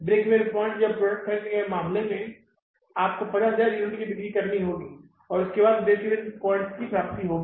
break even point जबकि product खरीदने के मामले में आपको 50000 यूनिट्स की बिक्री करनी होगी और उसके बाद ब्रेक प्वाइंट की प्राप्ति होगी